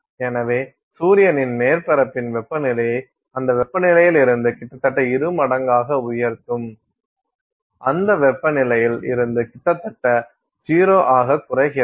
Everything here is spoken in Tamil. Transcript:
எனவே சூரியனின் மேற்பரப்பின் வெப்பநிலையை அந்த வெப்பநிலையிலிருந்து கிட்டத்தட்ட இரு மடங்காக உயர்த்தும் அந்த வெப்ப நிலையில் இருந்து கிட்டத்தட்ட 0 ஆக குறைகிறது